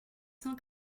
cent